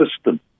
system